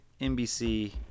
NBC